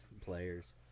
players